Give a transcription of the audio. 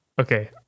Okay